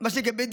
מה שלגבי.